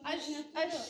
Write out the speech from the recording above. aš aš